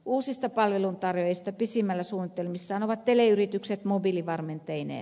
uusista palveluntarjoajista pisimmällä suunnitelmissaan ovat teleyritykset mobiilivarmenteineen